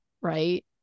right